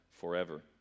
forever